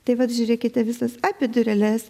tai vat žiūrėkite visas api dureles